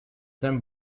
them